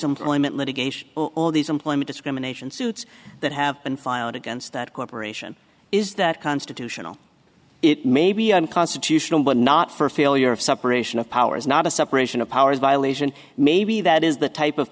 employment litigation all these employment discrimination suits that have been filed against that corporation is that constitutional it may be unconstitutional but not for failure of separation of powers not a separation of powers violation maybe that is the type of